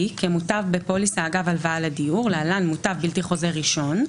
כמוטב בפוליסה אגב הלוואה לדיור (להלן מוטב בלתי חוזר ראשון),